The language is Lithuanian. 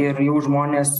ir jau žmonės